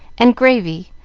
and gravy,